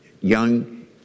young